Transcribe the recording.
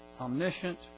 omniscient